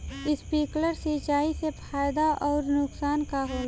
Sprinkler सिंचाई से फायदा अउर नुकसान का होला?